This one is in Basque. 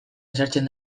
ezartzen